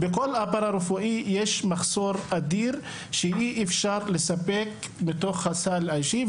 בכל הפרא-רפואי יש מחסור אדיר שאי אפשר לספק בתוך הסל האישי.